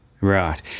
Right